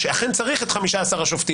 שאכן צריך את 15 השופטים.